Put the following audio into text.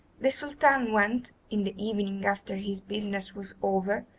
the sultan went, in the evening after his business was over,